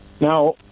Now